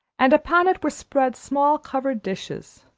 and upon it were spread small covered dishes,